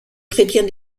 chrétien